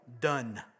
done